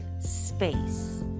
space